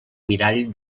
mirall